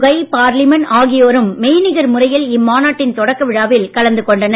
கய் Parmelin ஆகியோரும் மெய்நிகர் முறையில் இம்மாநாட்டின் தொடக்க விழாவில் கலந்து கொண்டனர்